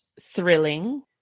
thrilling